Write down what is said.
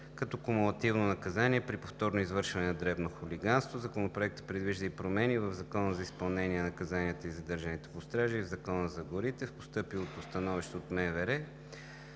като кумулативно наказание при повторно извършване на дребно хулиганство. Законопроектът предвижда и промени в Закона за изпълнение на наказанията и задържането под стража и в Закона за горите. В постъпилото становище от МВР